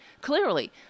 Clearly